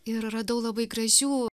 ir radau labai gražių